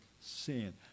Sin